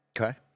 Okay